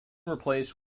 replaced